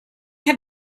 had